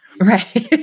Right